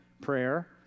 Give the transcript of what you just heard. prayer